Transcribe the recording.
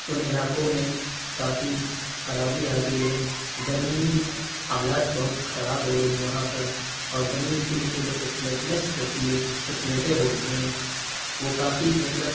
اُن علاقوں میں کافی خرابی آ گئی ہے زمینی حالات بہت خراب ہو گئی وہاں پر اور زمین کے نیچے جو ایک پلیٹنس ہوتی ہے جس کو پلیٹیں بولتے ہیں وہ کافی مطلب